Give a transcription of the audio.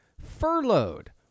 furloughed